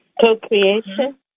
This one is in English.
Co-creation